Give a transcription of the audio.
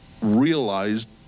realized